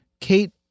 Kate